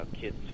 kid's